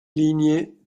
linie